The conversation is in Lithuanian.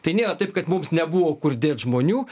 tai nėra taip kad mums nebuvo kur dėt žmonių